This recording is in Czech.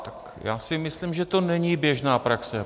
Tak já si myslím, že to není běžná praxe.